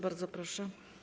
Bardzo proszę.